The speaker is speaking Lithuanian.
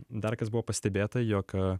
dar kas buvo pastebėta jog